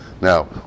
Now